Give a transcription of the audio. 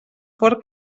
fort